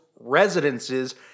residences